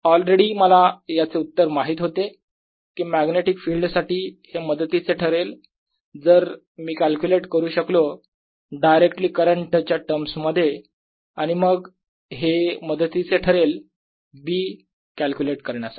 all ready मला उत्तर माहीत होते कि मॅग्नेटिक फिल्ड साठी हे मदतीचे ठरेल जर मी कॅल्क्युलेट करू शकलो डायरेक्टली करंट च्या टर्म्स मध्ये आणि मग हे मदतीचे ठरेल B कॅल्क्युलेट करण्यासाठी